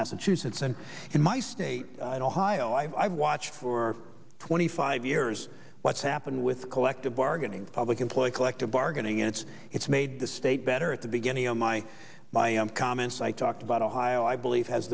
massachusetts and in my state i don't highlight i've watched for twenty five years what's happened with collective bargaining public employee collective bargaining it's it's made the state better at the beginning of my by m comments i talked about ohio i believe has